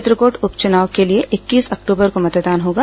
चित्रकोट उप चनाव के लिए इक्कीस अक्टबर को मतदान होगा